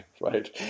Right